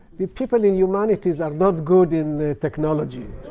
the people in humanities are not good in the technology.